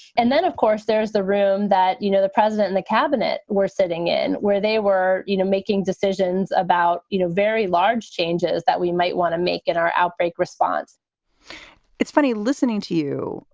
and then, of course, there is the room that, you know, the president and the cabinet were sitting in where they were, you know, making decisions about, you know, very large changes that we might want to make in our outbreak response it's funny listening to you.